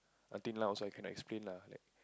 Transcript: until now I also cannot explain ah